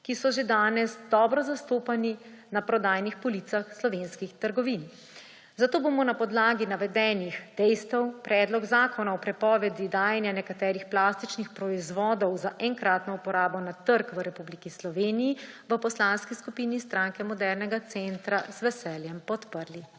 ki so že danes dobro zastopani na prodajnih policah slovenskih trgovin. Zato bomo na podlagi navedenih dejstev Predlog zakona o prepovedi dajanja nekaterih plastičnih proizvodov za enkratno uporabo na trg v Republiki Sloveniji v Poslanski skupini Stranke modernega centra z veseljem podprli.